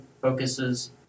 focuses